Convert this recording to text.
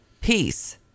peace